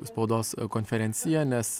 spaudos konferenciją nes